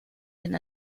den